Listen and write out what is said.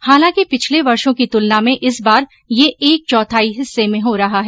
हालांकि पिछले वर्षों की तुलना में इस बार यह एक चौथाई हिस्से में हो रहा है